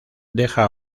dejó